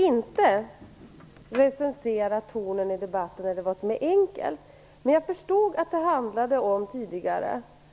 Fru talman! Jag tänker inte recensera tonen i debatten, eller uttala mig om vad som är enkelt. Jag förstod att det tidigare handlade om